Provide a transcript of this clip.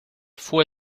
fue